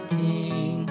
king